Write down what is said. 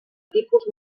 tipus